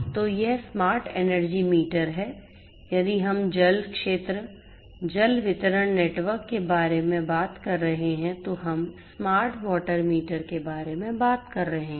तो यह smart energy meter है यदि हम जल क्षेत्र जल वितरण नेटवर्क के बारे में बात कर रहे हैं तो हम स्मार्ट वॉटर मीटर के बारे में बात कर रहे हैं